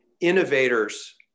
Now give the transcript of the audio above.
innovators